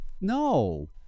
no